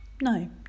No